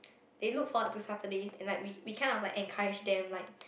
they look forward to Saturdays and like we we kind of like encourage them like